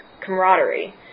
camaraderie